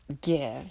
give